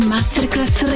Masterclass